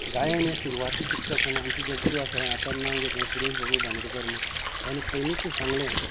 गायन हे सुरवाती शिकता आसतना आमचे गुरू आसलें आतांच नांव घेतलें सुरेश भगवत बांदोडकर म्हणून ताणें पयलींच सांगलें